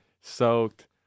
soaked